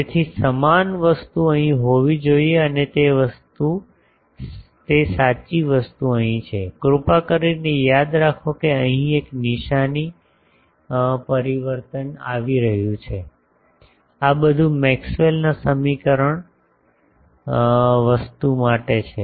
તેથી સમાન વસ્તુ અહીં હોવી જોઈએ અને તે સાચી વસ્તુ અહીં છે કૃપા કરીને યાદ રાખો કે અહીં એક નિશાની પરિવર્તન આવી રહ્યું છે આ બધું મેક્સવેલ ના સમીકરણ વસ્તુ માટે છે